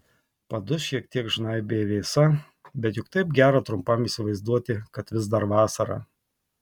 padus šiek tiek žnaibė vėsa bet juk taip gera trumpam įsivaizduoti kad vis dar vasara